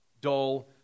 dull